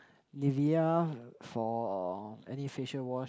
Nivea for any facial wash